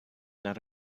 not